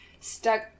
stuck